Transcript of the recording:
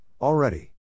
already